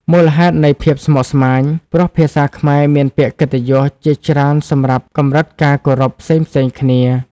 មូលហេតុនៃភាពស្មុគស្មាញ ព្រោះភាសាខ្មែរមានពាក្យកិត្តិយសជាច្រើនសម្រាប់កម្រិតការគោរពផ្សេងៗគ្នា។